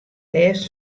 lêst